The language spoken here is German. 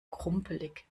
krumpelig